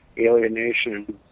alienation